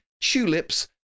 tulips